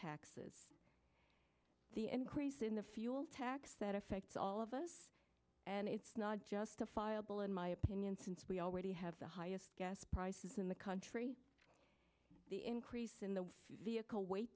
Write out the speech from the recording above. taxes the increase in the fuel tax that affects all of us and it's not justifiable in my opinion since we already have the highest gas prices in the country the increase in the vehicle weight